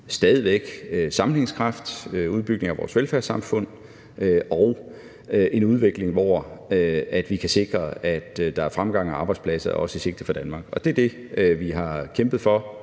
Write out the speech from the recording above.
på sammenhængskraft, udbygning af vores velfærdssamfund og en udvikling, hvor vi kan sikre, at der også er fremgang i forhold til arbejdspladser i sigte for Danmark. Det er det, vi har kæmpet for